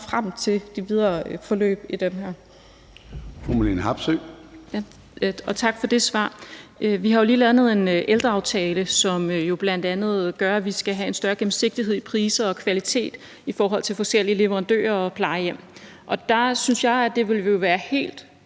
frem til det videre forløb i det her.